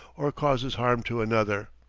or causes harm to another.